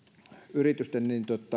yritysten